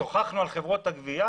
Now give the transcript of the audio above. שוחחנו על חברות הגבייה,